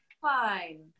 Fine